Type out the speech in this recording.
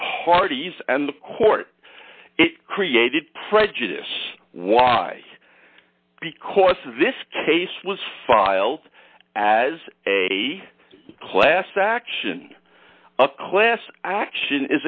parties and the court it created prejudice why because this case was filed as a class action a class action is